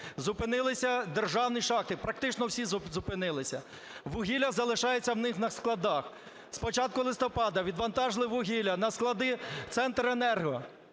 зупинилися державні шахти, практично всі зупинилися, вугілля залишається в них на складах. З початку листопада відвантажили вугілля на склади "Центренерго"